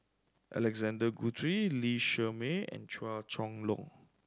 Alexander Guthrie Lee Shermay and Chua Chong Long